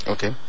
Okay